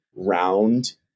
round